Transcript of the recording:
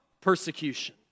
persecution